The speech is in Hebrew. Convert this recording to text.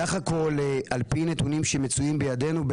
סך הכול על פי נתונים שמצויים בידנו,